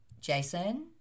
Jason